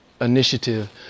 initiative